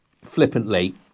flippantly